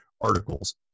articles